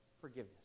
forgiveness